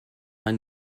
man